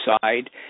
side